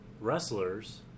wrestlers